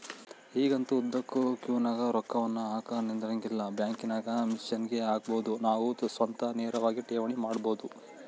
ಈಗಂತೂ ಉದ್ದುಕ ಕ್ಯೂನಗ ರೊಕ್ಕವನ್ನು ಹಾಕಕ ನಿಂದ್ರಂಗಿಲ್ಲ, ಬ್ಯಾಂಕಿನಾಗ ಮಿಷನ್ಗೆ ಹಾಕಬೊದು ನಾವು ಸ್ವತಃ ನೇರವಾಗಿ ಠೇವಣಿ ಮಾಡಬೊದು